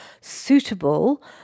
suitable